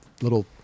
little